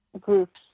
groups